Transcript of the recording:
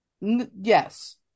Yes